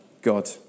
God